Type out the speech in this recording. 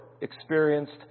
experienced